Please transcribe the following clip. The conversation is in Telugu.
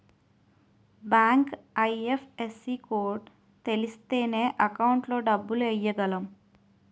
బ్యాంకు ఐ.ఎఫ్.ఎస్.సి కోడ్ తెలిస్తేనే అకౌంట్ లో డబ్బులు ఎయ్యగలం